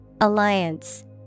Alliance